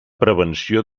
prevenció